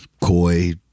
Coy